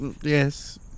yes